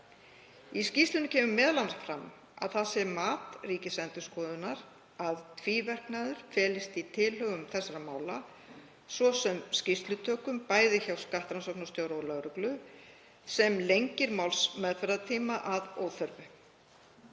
Í skýrslunni kemur m.a. fram að það sé mat Ríkisendurskoðunar að tvíverknaður felist í tilhögun þessara mála, svo sem skýrslutökum bæði hjá skattrannsóknarstjóra og lögreglu, sem lengir málsmeðferðartíma að óþörfu.